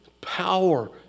power